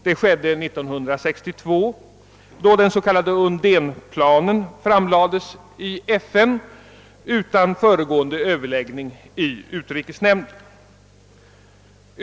Det skedde 1962, då den s.k. Undénplanen framlades i FN utan föregående överläggning med utrikesnämnden.